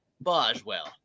Boswell